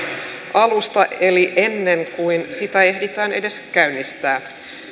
alusta eli ennen kuin sitä ehditään edes käynnistää